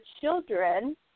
children